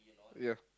yeah